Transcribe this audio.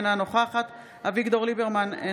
אינה נוכחת אביגדור ליברמן,